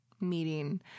meeting